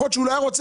היום הוא נופל.